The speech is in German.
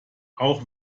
auch